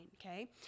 okay